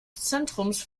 zentrums